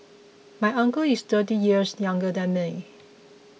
my uncle is thirty years younger than